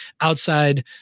outside